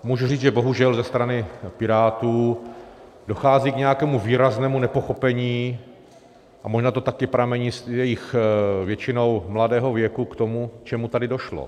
Můžu říct, že bohužel ze strany Pirátů dochází k nějakému výraznému nepochopení a možná to taky pramení z jejich většinou mladého věku k tomu, k čemu tady došlo.